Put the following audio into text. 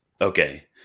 Okay